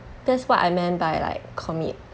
that's what I meant by like commit